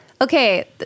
Okay